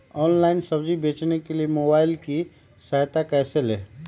Online सब्जी बेचने के लिए मोबाईल की सहायता कैसे ले?